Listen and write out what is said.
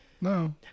No